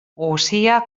guzia